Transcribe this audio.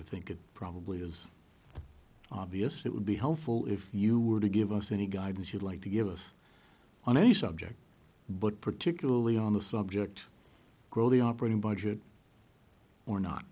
i think it probably is obvious it would be helpful if you were to give us any guidance you'd like to give us on any subject but particularly on the subject grow the operating budget or not